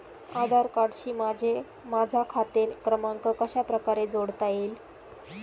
आधार कार्डशी माझा खाते क्रमांक कशाप्रकारे जोडता येईल?